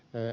böö